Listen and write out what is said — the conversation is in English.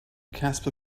casper